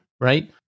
right